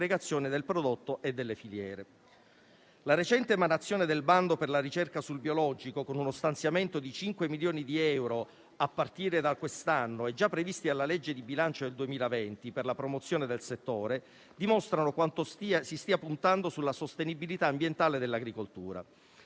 del prodotto e delle filiere. La recente emanazione del bando per la ricerca sul biologico, con uno stanziamento di 5 milioni di euro a partire da quest'anno e già previsto nella legge di bilancio del 2020, per la promozione del settore, dimostra quanto si stia puntando sulla sostenibilità ambientale dell'agricoltura.